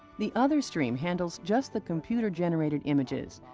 the other stream handles just the computer-generated images,